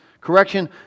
Correction